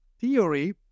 theory